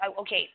okay